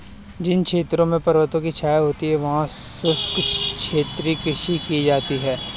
जिन क्षेत्रों में पर्वतों की छाया होती है वहां शुष्क क्षेत्रीय कृषि की जाती है